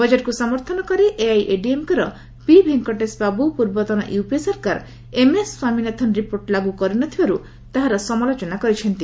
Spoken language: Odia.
ବଜେଟ୍କ୍ ସମର୍ଥନ କରି ଏଆଇଏଡିଏମ୍କେ ର ପି ଭେଙ୍କଟେସ୍ ବାବୁ ପୂର୍ବତନ ୟୁପିଏ ସରକାର ଏମ୍ଏସ୍ ସ୍ୱାମୀନାଥନ୍ ରିପୋର୍ଟ ଲାଗୁ କରିନଥିବାରୁ ତାହାର ସମାଲୋଚନା କରିଛନ୍ତି